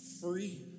free